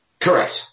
Correct